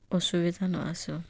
ଅସୁବିଧା ନଆସୁ